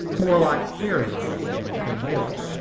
more like fairy-land than anything else,